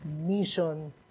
Mission